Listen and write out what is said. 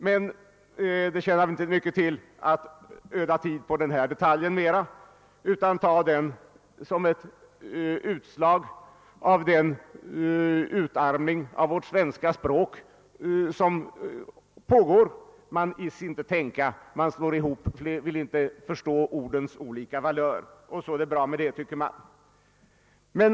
Men det tjänar väl inte mycket till att öda mera tid på den här detaljen, utan den får tas som ett utslag av den pågående utarmningen av vårt svenska språk. Man ids inte tänka och vill inte förstå ordens olika valörer. Och så är det bra, tycker man.